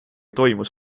toimus